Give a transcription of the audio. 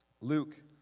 Luke